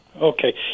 okay